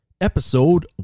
episode